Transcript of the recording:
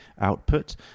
output